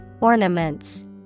Ornaments